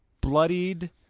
bloodied